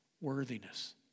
worthiness